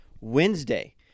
Wednesday